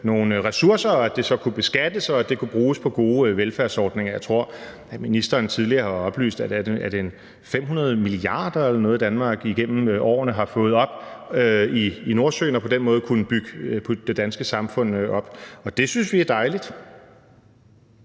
nogle ressourcer, og at det så kunne beskattes, og at det kunne bruges på gode velfærdsordninger. Jeg tror, ministeren tidligere har oplyst, at det er 500 mia. kr., Danmark igennem årene har fået op af Nordsøen og på den måde har kunnet bygge det danske samfund op, og det synes vi er dejligt.